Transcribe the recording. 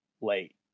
late